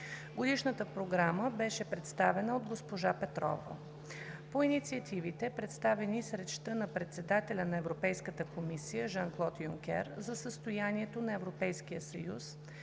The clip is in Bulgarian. Годишната програма беше представена от госпожа Петрова. По инициативите, представени с речта на председателя на Европейската комисия Жан Клод Юнкер за състоянието на Европейския съюз,